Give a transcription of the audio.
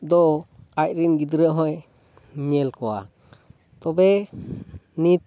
ᱫᱚ ᱟᱡ ᱨᱮᱱ ᱜᱤᱫᱽᱨᱟᱹ ᱦᱚᱸᱭ ᱧᱮᱞ ᱠᱚᱣᱟ ᱛᱚᱵᱮ ᱱᱤᱛ